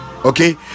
okay